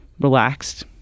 Relaxed